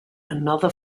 another